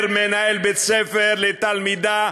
אומר מנהל בית-ספר לתלמידה: